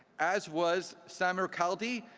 as was samur-cal di,